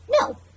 no